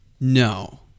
No